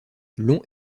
long